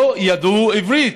לא ידעו עברית,